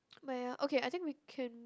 but ya okay I think we can